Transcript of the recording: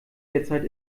derzeit